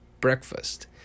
breakfast